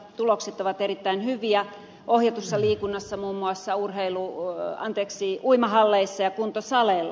tulokset ovat erittäin hyviä ohjatussa liikunnassa muun muassa uimahalleissa ja kuntosaleilla